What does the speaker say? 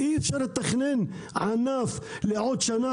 אי אפשר לתכנן ענף לעוד שנה,